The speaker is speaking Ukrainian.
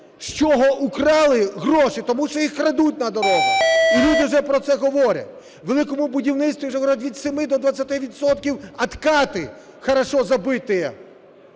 з чого вкрали гроші, тому що їх крадуть на дорогах, і люди вже про це говорять. У "Великому будівництві" вже від 7 до 20 відсотків откаты, хорошо забытые.